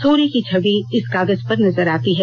सूर्य की छवि इस कागज पर नजर आती है